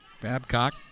Babcock